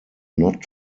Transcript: not